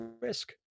risk